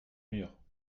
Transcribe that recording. murs